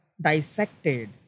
dissected